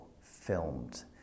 filmed